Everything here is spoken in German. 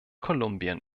kolumbien